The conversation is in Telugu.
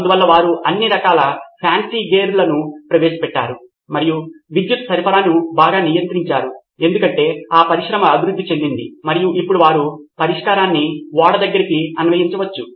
అందువల్ల వారు అన్ని రకాల ఫాన్సీ గేర్లను ప్రవేశపెట్టారు మరియు విద్యుత్ సరఫరాను బాగా నియంత్రించారు ఎందుకంటే ఆ పరిశ్రమ అభివృద్ధి చెందింది మరియు ఇప్పుడు వారు ఈ పరిష్కారాన్ని ఓడకు తిరిగి అన్వయించవచ్చు